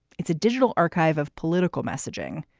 it's a digital archive of political messaging.